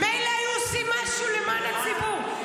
מילא, היו עושים משהו למען הציבור.